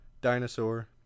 Dinosaur